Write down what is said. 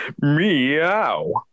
Meow